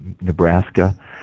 Nebraska